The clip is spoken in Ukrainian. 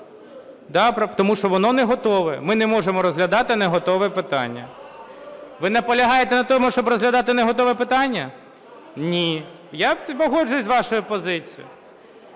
Тому що воно не готове. Ми не можемо розглядати неготове питання. Ви наполягаєте на тому, щоб розглядати неготове питання? Ні. Я погоджуюсь з вашою позицією.